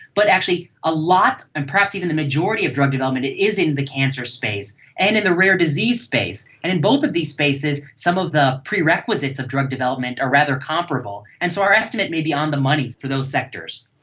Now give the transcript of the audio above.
but actually a lot and perhaps even the majority of drug development is is in the cancer space and in the rare disease space, and in both of these spaces some of the prerequisites of drug development are rather comparable. and so our estimate may be on the money for those sectors.